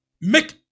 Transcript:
make